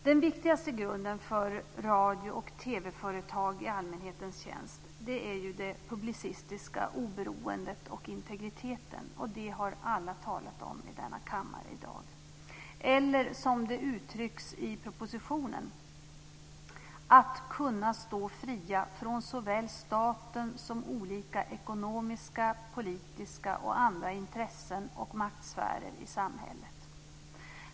Den viktigaste grunden för radio och TV-företag i allmänhetens tjänst är det publicistiska oberoendet och integriteten, och det har alla talat om här i kammaren i dag. Det uttrycks i propositionen på följande sätt: Att kunna stå fria från såväl staten som olika ekonomiska, politiska och andra intressen och maktsfärer i samhället.